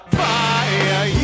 fire